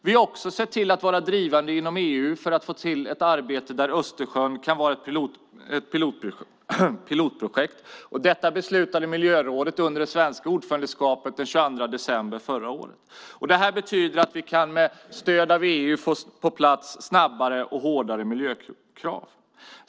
Vi har också sett till att vara drivande inom EU för att se till att Östersjön kan vara ett pilotprojekt. Detta beslutade miljörådet under det svenska ordförandeskapet den 25 december förra året. Detta betyder att vi med stöd av EU kan snabbare få på plats hårdare miljökrav.